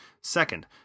Second